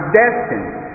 destined